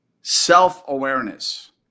self-awareness